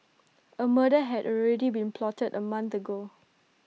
A murder had already been plotted A month ago